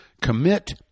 Commit